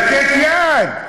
לתת יד.